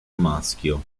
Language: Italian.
maschio